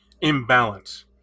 imbalance